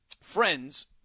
friends